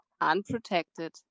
unprotected